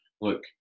look